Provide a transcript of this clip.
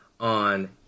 on